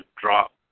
drop